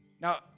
Now